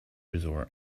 resort